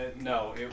No